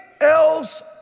else